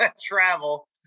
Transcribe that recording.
travel